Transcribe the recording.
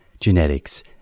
genetics